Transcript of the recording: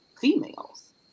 females